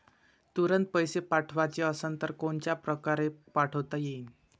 तुरंत पैसे पाठवाचे असन तर कोनच्या परकारे पाठोता येईन?